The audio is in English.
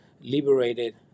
liberated